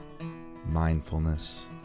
mindfulness